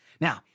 Now